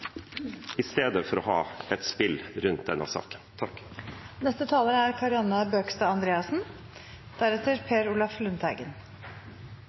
i stedet for å ha et spill rundt saken.